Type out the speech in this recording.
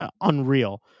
unreal